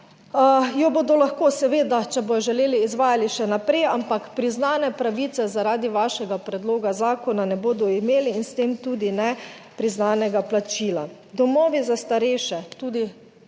jo bodo lahko, seveda če bodo želeli, izvajali še naprej, ampak priznane pravice zaradi vašega predloga zakona ne bodo imeli in s tem tudi ne priznanega plačila.